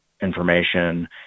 information